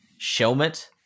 Shelmet